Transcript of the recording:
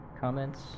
Comments